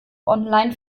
online